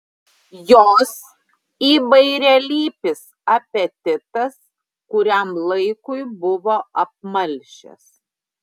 jos įvairialypis apetitas kuriam laikui buvo apmalšęs